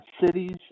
Cities